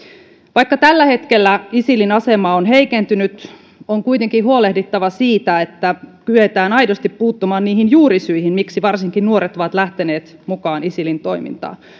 vaikka tällä hetkellä isilin asema on heikentynyt on kuitenkin huolehdittava siitä että kyetään aidosti puuttumaan niihin juurisyihin miksi varsinkin nuoret ovat lähteneet mukaan isilin toimintaan